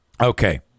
Okay